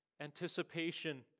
anticipation